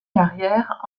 carrière